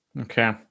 okay